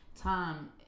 time